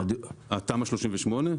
תמ"א 38?